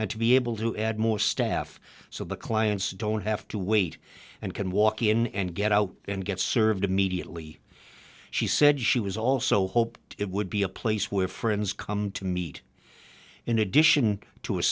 and to be able to add more staff so the clients don't have to wait and can walk in and get out and get served immediately she said she was also hoped it would be a place where friends come to meet in addition to